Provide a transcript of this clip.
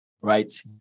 right